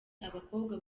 abakobwa